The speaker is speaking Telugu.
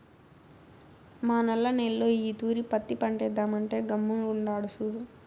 మా నల్ల నేల్లో ఈ తూరి పత్తి పంటేద్దామంటే గమ్ముగుండాడు సూడు